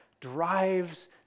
drives